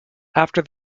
after